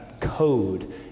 code